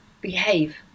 behave